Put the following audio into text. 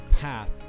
path